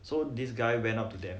so this guy went up to them